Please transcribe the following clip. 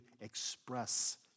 express